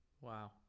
Wow